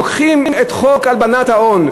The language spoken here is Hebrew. לוקחים את חוק הלבנת הון,